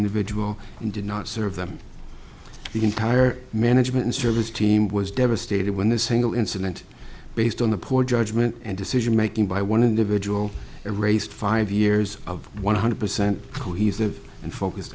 individual and did not serve them the entire management service team was devastated when the single incident based on the poor judgment and decision making by one individual erased five years of one hundred percent cohesive and focused